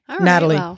Natalie